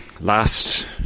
last